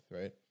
right